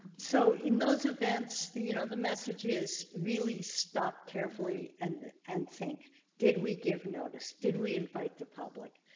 so in those events. do, you know the message is really stop carefully and and think did we give notice did we invite the public?